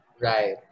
Right